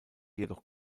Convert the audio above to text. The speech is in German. jedoch